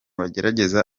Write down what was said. bagerageza